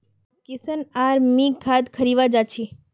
किशन आर मी खाद खरीवा जा छी